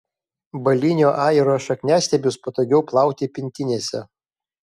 balinio ajero šakniastiebius patogiau plauti pintinėse